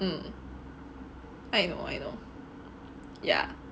mm I know I know ya